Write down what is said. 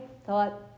thought